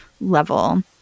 level